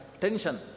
tension